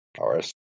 hours